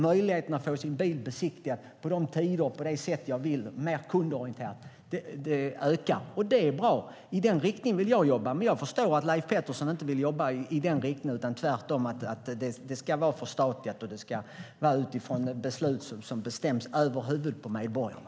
Möjligheten att få sin bil besiktigad mer kundorienterat på de tider och på det sätt man vill ökar, och det är bra. I den riktningen vill jag jobba. Men jag förstår att Leif Pettersson inte vill jobba i den riktningen. Tvärtom ska det vara förstatligat och ske utifrån beslut som fattas över huvudet på medborgarna.